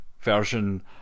version